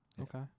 Okay